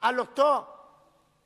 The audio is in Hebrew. על אותו בית-משפט,